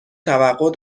توقع